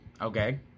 Okay